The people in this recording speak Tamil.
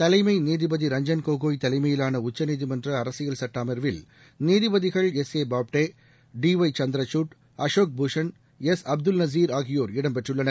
தலைமை நீதிபதி ரஞ்சன் கோகோய் தலைமையிலான உச்சநீதிமன்ற அரசியல் சுட்ட அமர்வில் நீதிபதிகள் S A Bobde D Y Chandrachud திரு அசோக் பூஷன் எஸ் அப்துல் நஸீர் ஆகியோர் இடம்பெற்றுள்ளனர்